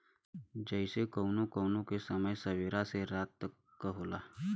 जइसे कउनो कउनो के समय सबेरा से रात तक क होला